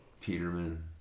Peterman